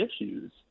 issues